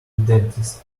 dentist